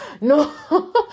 no